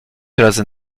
razy